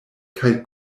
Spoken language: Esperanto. kaj